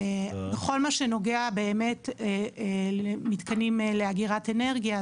בכל מה שנוגע למתקנים לאגירת אנרגיה,